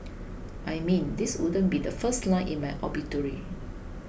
I mean this wouldn't be the first line in my obituary